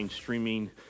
streaming